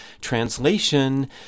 Translation